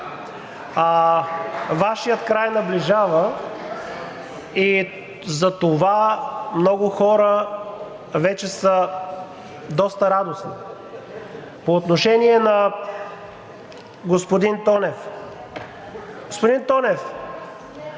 Вашият край наближава и затова много хора вече са доста радостни. По отношение на господин Тонев. Господин Тонев,